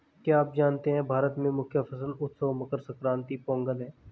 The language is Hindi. क्या आप जानते है भारत में मुख्य फसल उत्सव मकर संक्रांति, पोंगल है?